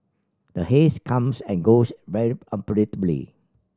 the haze comes and goes very unpredictably